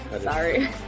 sorry